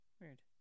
Weird